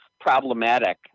problematic